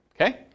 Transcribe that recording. Okay